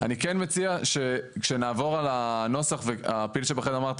אני כן מציע שנעבור על הנוסח והפיל שבחדר שאמרת